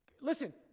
Listen